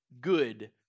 good